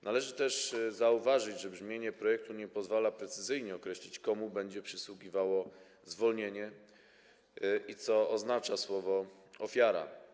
Należy też zauważyć, że brzmienie projektu nie pozwala precyzyjnie określić, komu będzie przysługiwało zwolnienie i co oznacza słowo „ofiara”